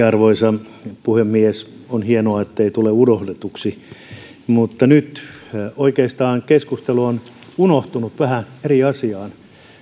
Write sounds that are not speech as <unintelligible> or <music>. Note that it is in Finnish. <unintelligible> arvoisa puhemies on hienoa ettei tule unohdetuksi mutta nyt keskustelu on oikeastaan unohtunut vähän eri asiaan